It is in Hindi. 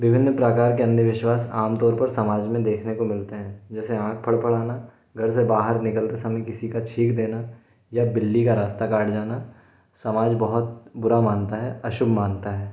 विभिन्न प्रकार के अंधविश्वास आमतौर पर समाज में देखने को मिलते हैं जैसे आँख फड़फड़ाना घर से बाहर निकलते समय किसी का छींक देना या बिल्ली का रास्ता काट जाना समाज बहुत बुरा मानता है अशुभ मानता है